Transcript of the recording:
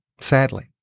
sadly